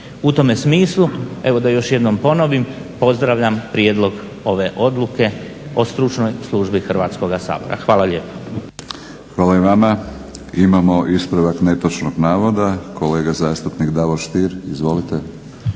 U tome smislu, evo da još jednom ponovim, pozdravljam Prijedlog ove odluke o Stručnoj službi Hrvatskoga sabora. Hvala lijepo. **Batinić, Milorad (HNS)** Hvala i vama. Imamo ispravak netočnog navoda, kolega zastupnik Davor Stier. Izvolite.